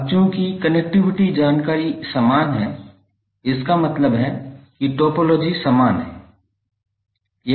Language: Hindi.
अब चूंकि कनेक्टिविटी जानकारी समान है इसका मतलब है कि टोपोलॉजी समान है